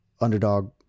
underdog